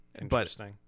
Interesting